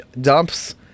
dumps